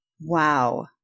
Wow